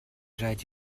raid